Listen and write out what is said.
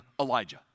Elijah